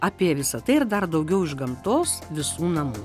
apie visa tai ir dar daugiau iš gamtos visų namų